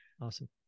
awesome